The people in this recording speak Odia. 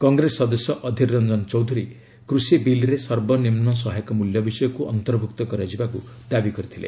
କଂଗ୍ରେସ ସଦସ୍ୟ ଅଧିର ରଞ୍ଜନ ଚୌଧୁରୀ କୃଷି ବିଲ୍ରେ ସର୍ବନିମ୍ନ ସହାୟକ ମୂଲ୍ୟ ବିଷୟକୁ ଅନ୍ତର୍ଭୁକ୍ତ କରିବାକୁ ଦାବି କରିଥିଲେ